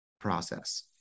process